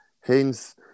hence